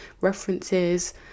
references